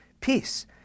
peace